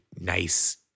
nice